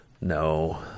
no